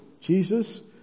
Jesus